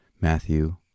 Matthew